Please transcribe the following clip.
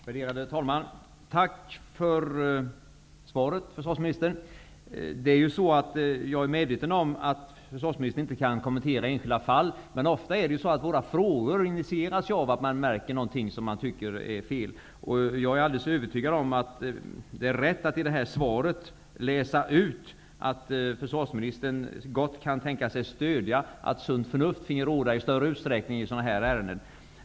Herr talman! Värderade talman! Tack för svaret, försvarsministern! Jag är medveten om att försvarsministern inte kan kommentera enskilda fall. Ofta initieras våra frågor dock av att man märker att något är fel, och jag är övertygad om att det är rätt att i detta svar läsa ut att försvarsministern gott kan tänka sig att stödja att sunt förnuft finge råda i större utsträckning i sådana här ärenden.